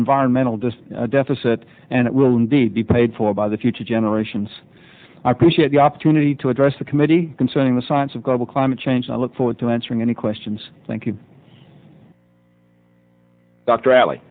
environmental dis deficit and it will indeed be paid for by the future generations i appreciate the opportunity to address the committee concerning the science of global climate change and i look forward to answering any questions thank you dr alley